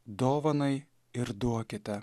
dovanai ir duokite